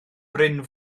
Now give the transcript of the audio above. bryn